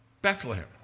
Bethlehem